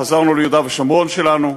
חזרנו ליהודה ושומרון שלנו,